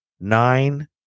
nine